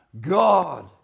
God